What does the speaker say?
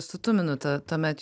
su tuminu tą tuomet